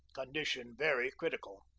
condition very crit ical.